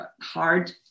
hard